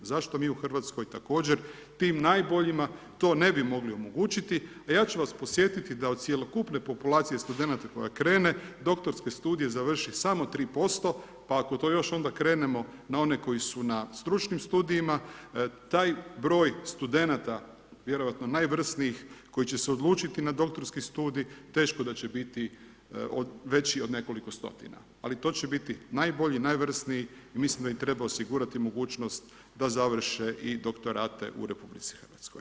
Zašto mi u Hrvatskoj također tim najboljima to ne bi mogli omogućiti, a ja ću vas podsjetiti da od cjelokupne populacije studenata koja krene, doktorske studije završi samo 3% pa ako to još onda krenemo na one koji su na stručnim studijima, taj broj studenata vjerojatno najvrsnijih koji će se odlučiti na doktorski studij, teško da će biti veći od nekoliko stotina ali to će biti najbolji, najvrsniji i mislim da im treba osigurati mogućnost da završe i doktorate u RH.